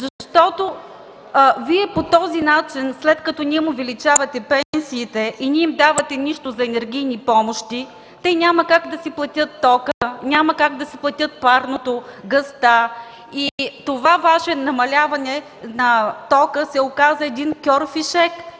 Защото Вие по този начин, след като не им увеличавате пенсиите и не им давате нищо за енергийни помощи, те няма как да си платят тока, няма как да си платят парното, газта. И това Ваше намаляване на тока се оказа един кьорфишек.